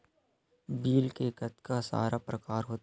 Bill के कतका सारा प्रकार होथे?